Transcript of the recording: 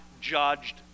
judged